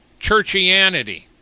churchianity